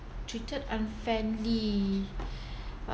treated unfairly